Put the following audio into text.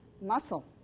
muscle